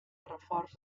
reforç